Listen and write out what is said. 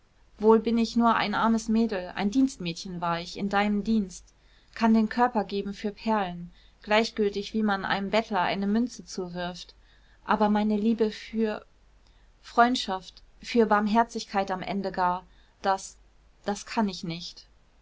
wohl bin ich nur ein armes mädel ein dienstmädchen war ich in deinem dienst kann den körper geben für perlen gleichgültig wie man einem bettler eine münze zuwirft aber meine liebe für freundschaft für barmherzigkeit am ende gar das das kann ich nicht